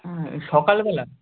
হ্যাঁ সকালবেলা